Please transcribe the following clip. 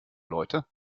leute